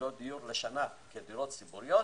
יחידות דיור לשנה כדירות ציבורית,